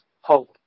hope